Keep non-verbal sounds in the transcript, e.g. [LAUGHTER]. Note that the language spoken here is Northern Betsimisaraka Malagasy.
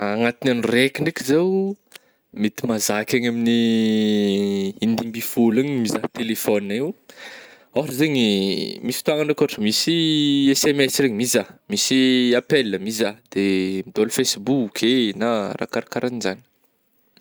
[HESITATION] Anatign'ny andro raiky ndraiky zaho mety mahazaka eny amin'ny [HESITATION] in-dimy mby folo eo mizaha telefônigna io, [NOISE] ôhatra zany misy fotôagna anao ka ôhatra misy [HESITATION] SMS regny mizaha, misy appel mizaha, de midôla facebook eh na raha karakaranjany.